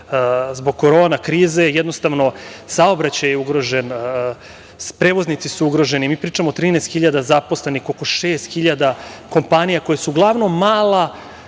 zbog korona krize. Jednostavno, saobraćaj je ugrožen, prevoznici su ugroženi. Mi pričamo o 13.000 zaposlenih, oko 6.000 kompanija koje su uglavnom mala